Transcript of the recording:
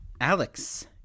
Alex